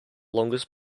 longest